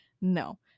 no